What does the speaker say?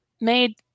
made